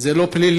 זה לא פלילי?